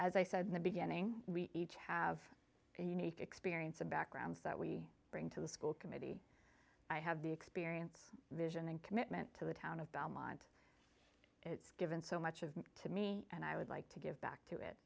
as i said in the beginning we each have unique experience and backgrounds that we bring to the school committee i have the experience vision and commitment to the town of belmont it's given so much of to me and i would like to give back to it